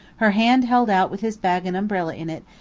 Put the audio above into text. her hand held out with his bag and umbrella in it,